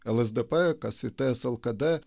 lsdp kas į tslkd